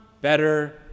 better